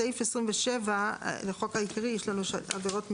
בסעיף 27 לחוק העיקרי יש לנו עבירות משמעת.